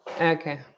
okay